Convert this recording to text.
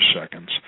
seconds